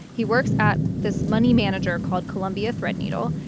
he works at this money manager called columbia threadneedle.